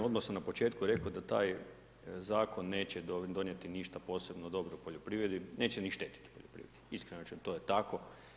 Odmah sam na početku rekao da taj zakon neće donijeti ništa posebno dobro poljoprivredi, neće ni štetiti poljoprivredi, iskreno ću, to je tako.